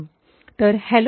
तर हॅलो